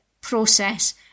process